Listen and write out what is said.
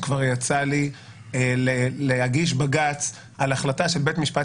שכבר יצא לי להגיש בג"ץ על החלטה של בית משפט